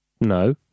No